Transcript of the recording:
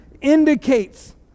indicates